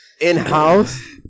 In-house